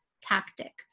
tactic